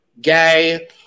Gay